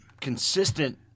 consistent